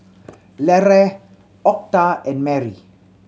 Larae Octa and Merry